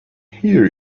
hear